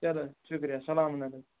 چلو شُکریہ سَلام علیکُم